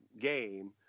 game